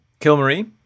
kilmarie